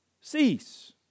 Cease